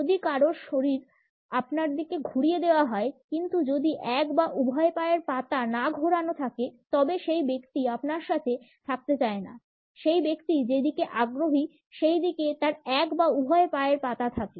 যদি কারও শরীর আপনার দিকে ঘুরিয়ে দেওয়া হয় কিন্তু যদি এক বা উভয় পায়ের পাতা না ঘোরানো থাকে তবে সেই ব্যক্তি আপনার সাথে থাকতে চায় না সেই ব্যক্তি যেদিকে আগ্রহী সেইদিকে তার এক বা উভয় পায়ের পাতা থাকে